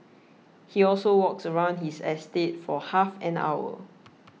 he also walks around his estate for half an hour